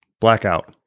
Blackout